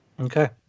Okay